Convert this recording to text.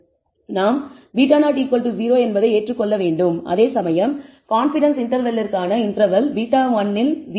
நாம் β0 0 என்பதை ஏற்றுக்கொள்ள வேண்டும் அதேசமயம் கான்ஃபிடன்ஸ் இன்டர்வெல்ர்க்கான இன்டர்வல் β1 இல் 0 இல்லை